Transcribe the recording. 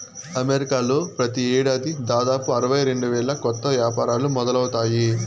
అమెరికాలో ప్రతి ఏడాది దాదాపు అరవై రెండు వేల కొత్త యాపారాలు మొదలవుతాయి